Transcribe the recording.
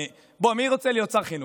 בוא, מי רוצה להיות שר חינוך?